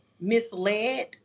misled